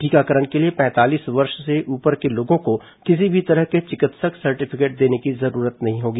टीकाकरण के लिए पैंतालीस वर्ष से ऊपर के लोगों को किसी भी तरह के चिकित्सक सर्टिफिकेट देने की जरूरत नहीं होगी